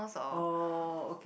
oh